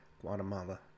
Guatemala